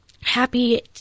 happy